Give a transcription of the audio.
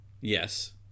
Yes